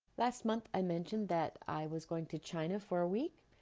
last month i mentioned that i was going to china for a week,